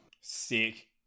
Sick